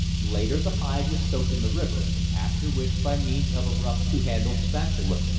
later the hide was soaked in the river, after which, by means of a rough two-handled spatula,